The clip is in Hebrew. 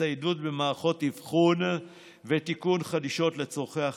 הצטיידות במערכות אבחון ותיקון חדישות לצורכי החדשנות,